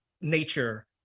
nature